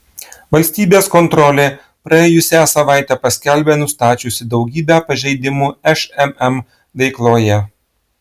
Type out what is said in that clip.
valstybės kontrolė praėjusią savaitę paskelbė nustačiusi daugybę pažeidimų šmm veikloje